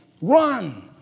Run